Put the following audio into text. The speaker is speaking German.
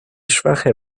schwache